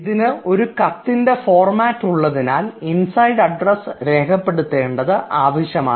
ഇതിന് ഒരു കത്തിൻറെ ഫോർമാറ്റ് ഉള്ളതിനാൽ ഇൻസൈഡ് അഡ്രസ്സ് രേഖപ്പെടുത്തേണ്ടത് ആവശ്യമാണ്